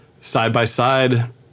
side-by-side